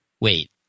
wait